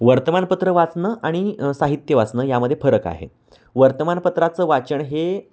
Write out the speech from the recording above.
वर्तमानपत्र वाचणं आणि साहित्य वाचणं यामध्ये फरक आहे वर्तमानपत्राचं वाचन हे